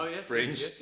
Fringe